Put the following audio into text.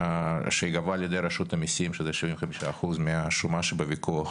שנגבה על ידי רשות המסים שזה 75% מהשומה שבוויכוח